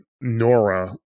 Nora